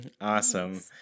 awesome